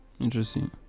interesting